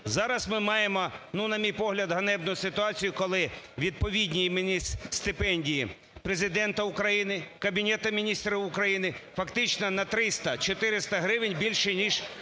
Зараз ми маємо, ну, на мій погляд, ганебну ситуацію, коли відповідні іменні стипендії Президента України, Кабінету Міністрів України фактично на 300-400 гривень більші ніж